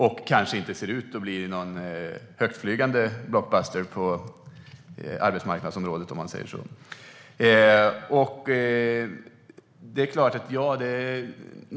Det ser väl inte ut att bli någon blockbuster på arbetsmarknadsområdet, om man säger så.